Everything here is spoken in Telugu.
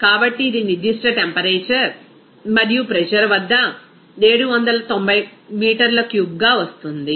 కాబట్టి ఇది నిర్దిష్ట టెంపరేచర్ మరియు ప్రెజర్ వద్ద 790 మీటర్ల క్యూబ్గా వస్తుంది